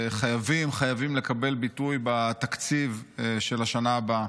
שחייבים לקבל ביטוי בתקציב של השנה הבאה.